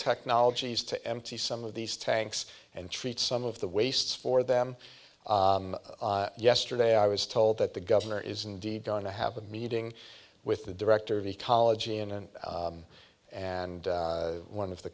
technologies to empty some of these tanks and treat some of the wastes for them yesterday i was told that the governor is indeed going to have a meeting with the director of ecology and and one of the